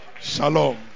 Shalom